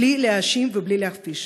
בלי להאשים ובלי להכפיש.